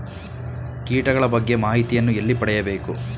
ಕೀಟಗಳ ಬಗ್ಗೆ ಮಾಹಿತಿಯನ್ನು ಎಲ್ಲಿ ಪಡೆಯಬೇಕು?